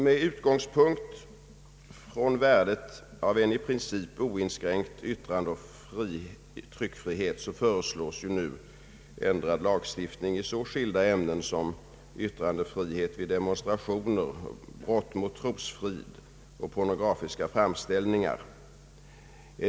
Med utgångspunkt från värdet av en i princip oinskränkt yttrandeoch tryckfrihet föreslås nu ändrad lagstiftning beträffande yttrandefrihet vid demonstrationer, brott mot trosfrid och pornografiska framställningar.